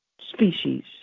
species